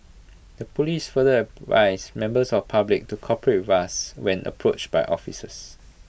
the Police further advised numbers of public to cooperate with us when approached by officers